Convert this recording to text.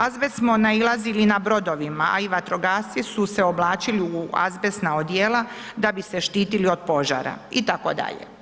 Azbest smo nailazili na brodovima a i vatrogasci su se oblačili u azbestna odijela da bi se štitili od požara itd.